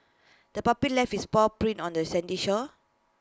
the puppy left its paw prints on the sandy shore